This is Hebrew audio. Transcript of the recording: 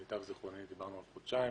למיטב זכרוני דיברנו על חודשיים.